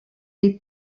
les